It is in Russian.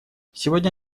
сегодня